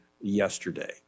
yesterday